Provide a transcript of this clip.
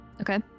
Okay